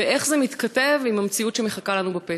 ואיך זה מתכתב עם המציאות שמחכה לנו בפתח?